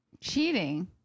Cheating